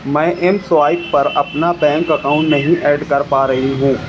میں M swipe پر اپنا بینک اکاؤنٹ نہیں ایڈ کر پا رہی ہوں